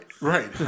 right